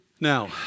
Now